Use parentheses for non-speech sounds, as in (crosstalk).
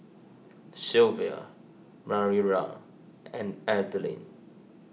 Silvia (unintelligible) and Adline